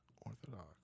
Orthodox